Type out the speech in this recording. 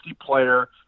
player